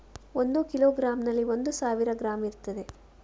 ಒಂದು ಕಿಲೋಗ್ರಾಂನಲ್ಲಿ ಒಂದು ಸಾವಿರ ಗ್ರಾಂ ಇರ್ತದೆ